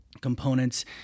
components